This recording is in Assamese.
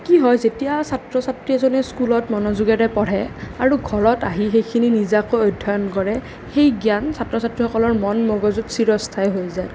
কি হয় যেতিয়া ছাত্ৰ ছাত্ৰী এজনে স্কুলত মনোযোগেৰে পঢ়ে আৰু ঘৰত আহি সেইখিনি নিজাকৈ অধ্যয়ন কৰে সেই জ্ঞান ছাত্ৰ ছাত্ৰীসকললৰ মন মগজুত চিৰস্থায়ী হৈ যায়